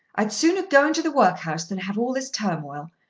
i'd sooner go into the workhouse than have all this turmoil.